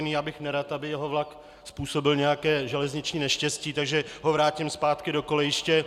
Já bych nerad, aby jeho vlak způsobil nějaké železniční neštěstí, takže ho vrátím zpátky do kolejiště.